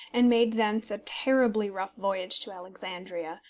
and made thence a terribly rough voyage to alexandria,